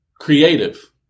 creative